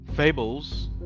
Fables